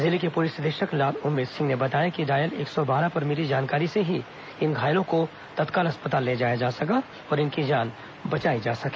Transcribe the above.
जिले के पुलिस अधीक्षक लाल उमेद सिंह ने बताया कि डायल एक सौ बारह पर मिली जानकारी से ही इन घायलों को तत्काल अस्पताल ले जाया जा सका और इनकी जान बचाई जा सकी